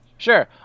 Sure